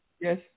Yes